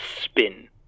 spin